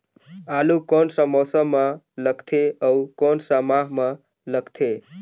आलू कोन सा मौसम मां लगथे अउ कोन सा माह मां लगथे?